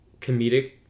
comedic